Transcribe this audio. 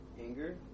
anger